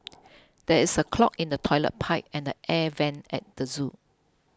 there is a clog in the Toilet Pipe and the Air Vents at the zoo